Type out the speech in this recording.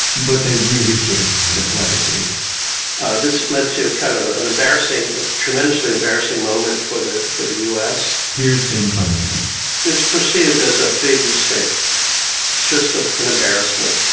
but they really should have called it weathergate this led to a kind of an embarrassing tremendously embarrassing moment for the for the u s here's jim fleming again it's it's perceived as a big mistake. it's just an embarrassment,